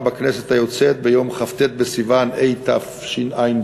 בכנסת היוצאת ביום כ"ט בסיוון התשע"ב,